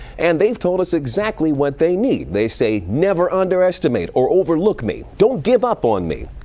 and they've told us exactly what they need. they say, never underestimate or overlook me, don't give up on me,